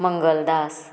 Mangaldas